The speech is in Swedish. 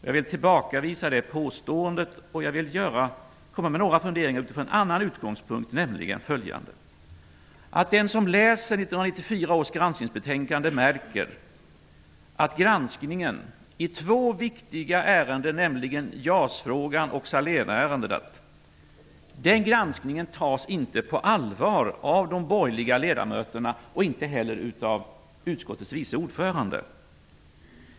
Jag vill tillbakavisa påståendet och framföra några funderingar utifrån en annan utgångspunkt, nämligen följande: Den som läser 1994 års granskningsbetänkande märker att granskningen i två viktiga ärenden, nämligen JAS-frågan och Salénärendet, inte tas på allvar av de borgerliga ledamöterna och inte heller av utskottets vice ordförande.